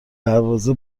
دروازه